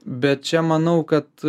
bet čia manau kad